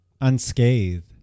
unscathed